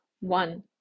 one